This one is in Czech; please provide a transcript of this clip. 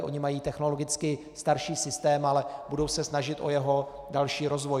Oni mají technologicky starší systém, ale budou se snažit o jeho další rozvoj.